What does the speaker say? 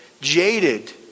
jaded